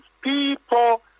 people